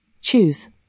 Choose